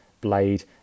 Blade